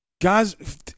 guys